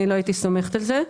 לא הייתי סומכת על זה.